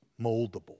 moldable